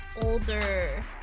older